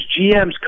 GMs